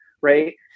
right